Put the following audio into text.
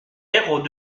héros